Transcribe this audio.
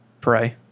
Pray